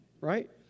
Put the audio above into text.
right